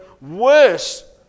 Worse